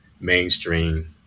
Mainstream